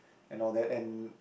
and all that and